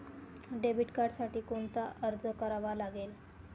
Debit कार्डसाठी कोणता अर्ज करावा लागेल?